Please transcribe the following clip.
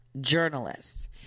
journalists